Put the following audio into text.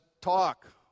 talk